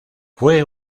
fue